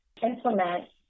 Implement